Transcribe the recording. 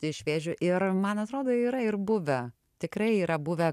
iš vėžių ir man atrodo yra ir buvę tikrai yra buvę